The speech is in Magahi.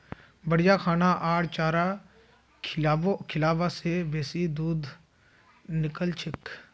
बढ़िया खाना आर चारा खिलाबा से बेसी दूध निकलछेक